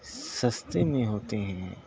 سستے میں ہوتے ہیں